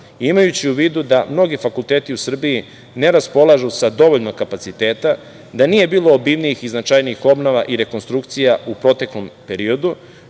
imajući u vidu da mnogi fakulteti u Srbiji ne raspolažu sa dovoljno kapaciteta, da nije bilo obimnijih i značajnijih obnova i rekonstrukcija u proteklom periodu,